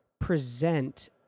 present